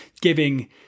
giving